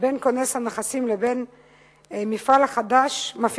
בין כונס הנכסים לבין המפעיל החדש,